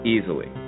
Easily